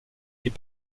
est